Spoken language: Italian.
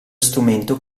strumento